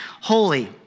holy